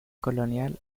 colonial